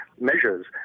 measures